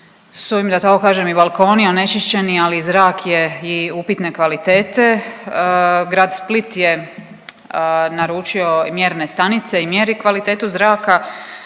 se ne razumije./... onečišćeni, ali i zrak je i upitne kvalitete, Grad Split je naručio i mjerne stanice i mjeri kvalitetu zraka,